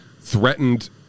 threatened